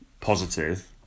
positive